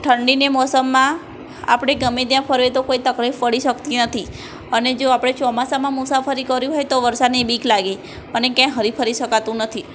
ઠંડીની મોસમમાં આપણે ગમે ત્યાં ફરીએ તો કોઈ તકલીફ પડી શકતી નથી અને જો આપણે ચોમાસામાં મુસાફરી કરવી હોય તો વરસાદની બીક લાગે અને ક્યાંય હરીફરી શકાતું નથી